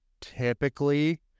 Typically